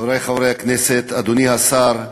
חברי חברי הכנסת, אדוני השר,